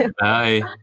hi